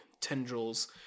tendrils